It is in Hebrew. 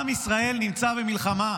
עם ישראל נמצא במלחמה.